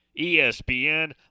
ESPN